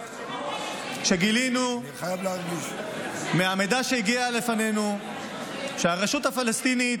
כשגילינו מהמידע שהגיע לידינו שברשות הפלסטינית,